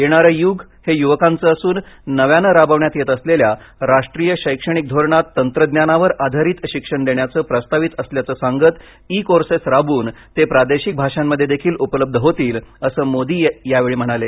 येणारं युग हे युवकांचं असून नव्यानं राबवण्यात येत असलेल्या राष्ट्रीय शैक्षणिक धोरणात तंत्रज्ञानावर आधारित शिक्षण देण्याचं प्रस्तावित असल्याचं सांगत ई कोर्सेस राबवून ते प्रादेशिक भाषांमध्येदेखील उपलब्ध होतील असं मोदी यांनी यावेळी सांगितलं